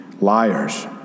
liars